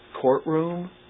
Courtroom